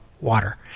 water